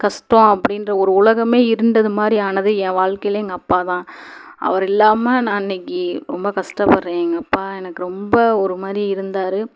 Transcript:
custom அப்படின்ற ஒரு உலகமே இருண்டது மாதிரி ஆனது ஏன் வாழ்க்கையில எங்கள் அப்பா தான் அவர் இல்லாமல் நான் இன்னைக்கு ரொம்ப கஸ்டப்படுறேன் எங்கள் அப்பா எனக்கு ரொம்ப ஒருமாதிரி இருந்தார்